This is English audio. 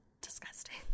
disgusting